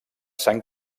sant